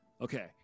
okay